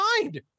mind